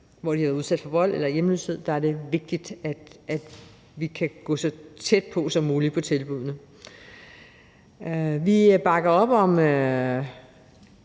har været udsat for vold eller hjemløshed, er det vigtigt, at vi kan gå så tæt på som muligt i forhold til tilbuddene. Vi bakker op om